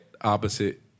opposite